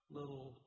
little